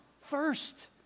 first